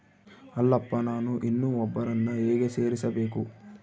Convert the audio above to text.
ಅಲ್ಲಪ್ಪ ನಾನು ಇನ್ನೂ ಒಬ್ಬರನ್ನ ಹೇಗೆ ಸೇರಿಸಬೇಕು?